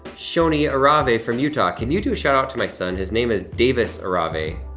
shoni arave from utah, can you do a shout-out to my son? his name is davis arave,